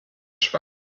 schweiz